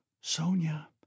Sonia